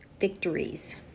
victories